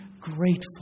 grateful